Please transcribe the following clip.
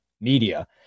media